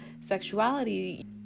sexuality